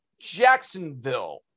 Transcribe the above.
Jacksonville